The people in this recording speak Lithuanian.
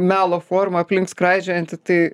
melo forma aplink skraidžiojanti tai